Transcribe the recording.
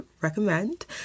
recommend